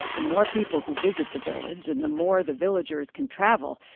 the more people who visit the village, and the more the villagers can travel,